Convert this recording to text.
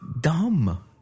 dumb